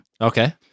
Okay